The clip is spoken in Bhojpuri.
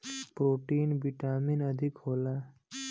प्रोटीन विटामिन अधिक होला